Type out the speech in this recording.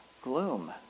gloom